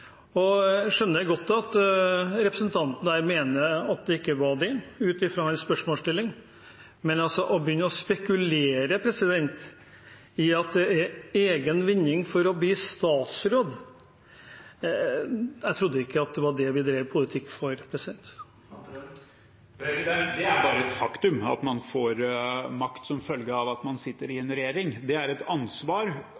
Jeg skjønner godt at representanten mener at det ikke var det, ut fra spørsmålsstillingen hans. Men når han begynner å spekulere i at det å bli statsråd handler om egen vinning, må jeg si at jeg trodde ikke det var det vi drev med politikk for. Det er bare et faktum at man får makt som følge av at man sitter i en regjering. Det er